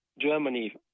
germany